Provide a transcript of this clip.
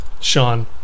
Sean